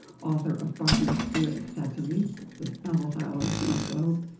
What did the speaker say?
author of barbie's queer accessories, the ellis island snow globe,